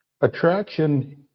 attraction